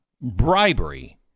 bribery